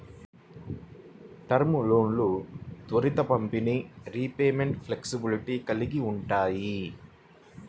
term లోన్లు త్వరిత పంపిణీ, రీపేమెంట్ ఫ్లెక్సిబిలిటీలను కలిగి ఉంటాయి